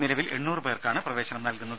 നിലവിൽ എണ്ണൂറ് പേർക്കാണ് പ്രവേശനം നൽകുന്നത്